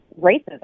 racism